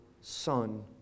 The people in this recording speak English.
Son